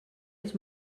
els